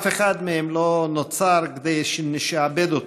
אף אחד מהם לא נוצר כדי שנשעבד אותו,